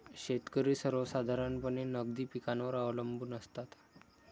शेतकरी सर्वसाधारणपणे नगदी पिकांवर अवलंबून असतात